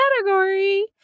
category